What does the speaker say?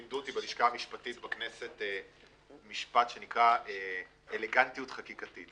לימדו אותי בלשכה המשפטית בכנסת משפט שאומר "אלגנטיות חקיקתית".